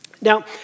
Now